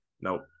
Nope